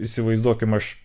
įsivaizduokim aš